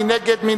מי נגד?